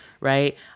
right